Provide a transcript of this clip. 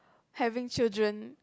having children